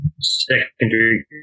secondary